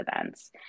events